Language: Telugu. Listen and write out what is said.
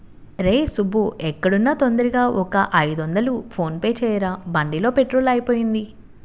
రేయ్ సుబ్బూ ఎక్కడున్నా తొందరగా ఒక ఐదొందలు ఫోన్ పే చెయ్యరా, బండిలో పెట్రోలు అయిపొయింది